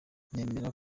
nemera